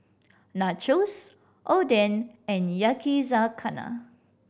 Nachos Oden and Yakizakana